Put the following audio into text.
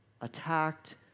attacked